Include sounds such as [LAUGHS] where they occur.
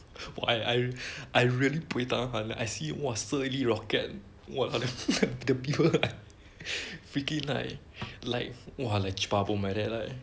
!wah! I I I really buay tahan I see !wah! 射一粒 rocket !wah! the people [LAUGHS] freaking like like !wah! like [NOISE] like that right